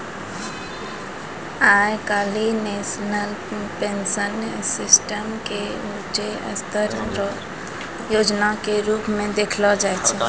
आइ काल्हि national pension system के ऊंचों स्तर रो योजना के रूप मे देखलो जाय छै